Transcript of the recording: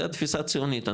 זה התפיסה הציונית,